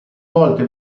volte